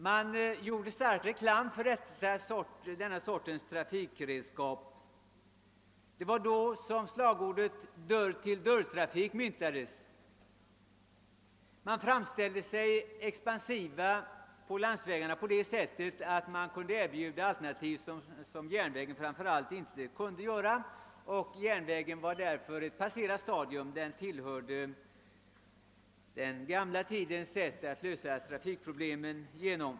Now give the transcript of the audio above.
Det gjordes stark reklam för lastbilen som trafikredskap, och slagordet dörr-till-dörr-trafik myntades. Landsvägstrafiken framställdes som ett radikalt alternativ som kunde erbjuda en service vilken framför allt järnvägen inte kunde konkurrera med. Järnvägen förmenades utgöra ett passerat stadium när det gällde att lösa tidens trafikproblem.